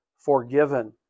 forgiven